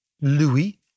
Louis